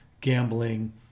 gambling